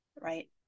Right